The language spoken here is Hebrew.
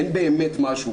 אין באמת משהו,